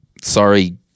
sorry